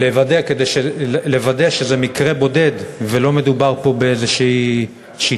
לוודא שזה מקרה בודד ולא מדובר פה באיזו שיטה.